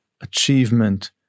achievement